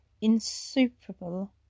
insuperable